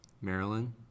Maryland